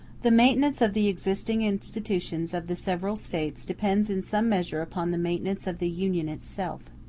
the maintenance of the existing institutions of the several states depends in some measure upon the maintenance of the union itself.